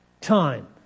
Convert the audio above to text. time